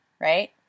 Right